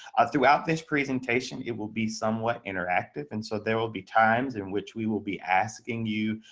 throughout this presentation, it will be somewhat interactive and so there will be times in which we will be asking you.